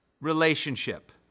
relationship